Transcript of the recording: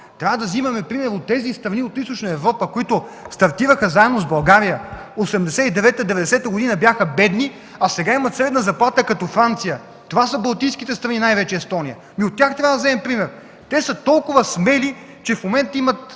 трябва да вземем пример от тези страни от Източна Европа, които стартираха заедно с България – 1989-1990 г. бяха бедни, а сега имат средна заплата като Франция. Това са балтийските страни и най-вече Естония. От тях трябва да вземем пример. Те са толкова смели, че в момента имат